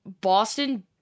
Boston